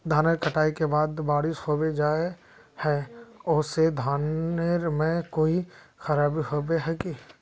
धानेर कटाई के बाद बारिश होबे जाए है ओ से धानेर में कोई खराबी होबे है की?